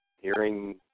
hearing